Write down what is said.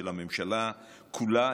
של הממשלה כולה,